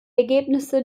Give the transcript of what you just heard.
ergebnisse